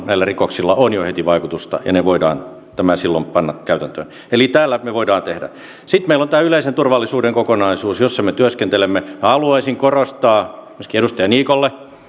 näillä rikoksilla on jo heti vaikutusta ja ne voidaan silloin panna käytäntöön eli tämän me voimme tehdä sitten meillä on tämä yleisen turvallisuuden kokonaisuus jossa me työskentelemme minä haluaisin korostaa myöskin edustaja niikolle